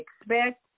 expect